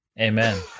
Amen